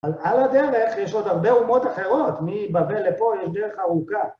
על הדרך יש עוד הרבה אומות אחרות, מבבל לפה יש דרך ארוכה.